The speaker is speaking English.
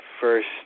first